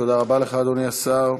תודה רבה לך, אדוני השר.